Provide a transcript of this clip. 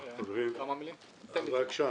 בבקשה.